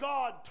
God